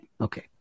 Okay